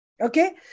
okay